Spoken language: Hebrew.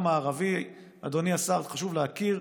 אדוני השר, חשוב להכיר,